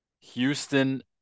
Houston